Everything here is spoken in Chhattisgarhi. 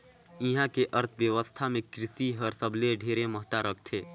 इहां के अर्थबेवस्था मे कृसि हर सबले ढेरे महत्ता रखथे